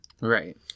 Right